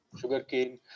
sugarcane